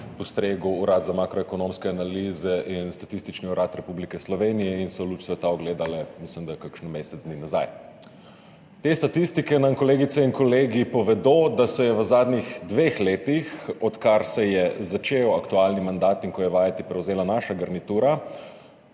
postregla Urad za makroekonomske analize in Statistični urad Republike Slovenije in so luč sveta ugledale, mislim da, kakšen mesec dni nazaj. Te statistike nam, kolegice in kolegi, povedo, da se je v zadnjih dveh letih, odkar se je začel aktualni mandat in ko je vajeti prevzela naša garnitura,